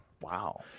wow